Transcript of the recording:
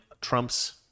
Trump's